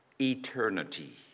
eternity